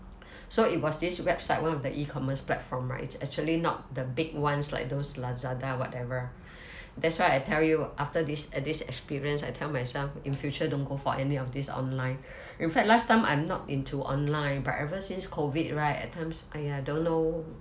so it was this website one of the e-commerce platform right it's actually not the big ones like those lazada whatever that's why I tell you after this this experience I tell myself in future don't go for any of these online in fact last time I'm not into online but ever since COVID right at times !aiya! don't know